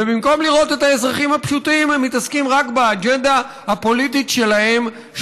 ובמקום לראות את האזרחים הפשוטים הם מתעסקים רק באג'נדה הפוליטית שלהם,